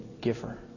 giver